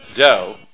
dough